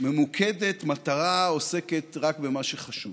ממוקדת מטרה, עוסקת רק במה שחשוב.